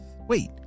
wait